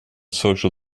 social